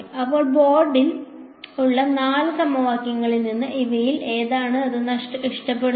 അപ്പോൾ ബോർഡിൽ ഉള്ള ഈ നാല് സമവാക്യങ്ങളിൽ നിന്ന് ഇവയിൽ ഏതാണ് അത് ഇഷ്ടപ്പെടുന്നത്